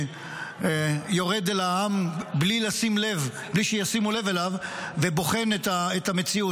שיורד אל העם בלי שישימו לב אליו ובוחן את המציאות.